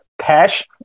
cash